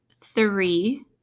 three